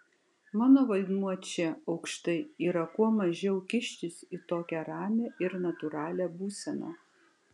mano vaidmuo čia aukštai yra kuo mažiau kištis į tokią ramią ir natūralią būseną